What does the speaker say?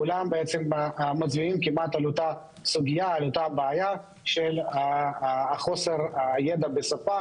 כולם מצביעים על אותה בעיה של חוסר הידע בשפה,